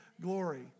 glory